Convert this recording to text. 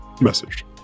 message